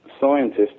scientists